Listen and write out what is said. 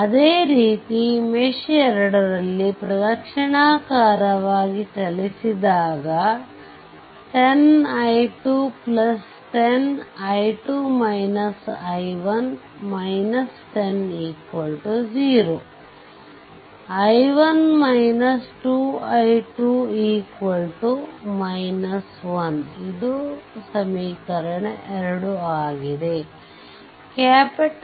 ಅದೇ ರೀತಿ ಮೆಶ್ 2 ನಲ್ಲಿ ಪ್ರದಕ್ಷಿಣಾಕಾರವಾಗಿ ಚಲಿಸಿದಾಗ 10 i2 10 100 i1 2 i2 1